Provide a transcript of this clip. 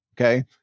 Okay